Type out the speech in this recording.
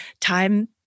time